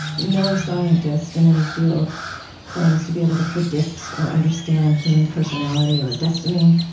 no scientist in any field claims to be able to predict or understand human personality or destiny,